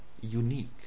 unique